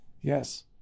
Yes